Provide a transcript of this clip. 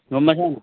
গম পাইছা নাই